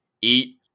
eat